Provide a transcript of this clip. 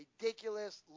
ridiculous